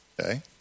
Okay